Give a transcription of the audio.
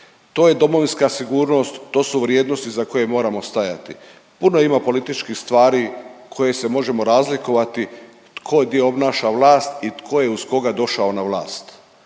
To je domovinska sigurnost, to su vrijednosti za koje moramo stajati. Puno ima političkih stvari koje se možemo razlikovati tko koji dio obnaša vlast i tko je uz koga došao na vlast.